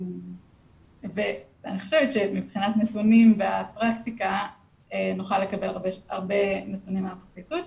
ואני חושבת שמבחינת נתונים והפרקטיקה נוכל לקבל הרבה נתונים מהפרקליטות,